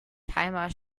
timer